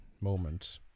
moment